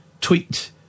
tweet